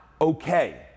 okay